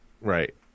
Right